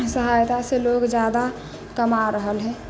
सहायता से लोग जादा कमा रहल है